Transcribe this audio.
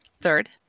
Third